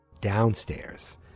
downstairs